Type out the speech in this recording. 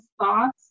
thoughts